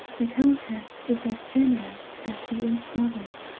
the countess is as generous as she is loving,